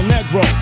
Negro